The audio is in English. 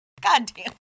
Goddamn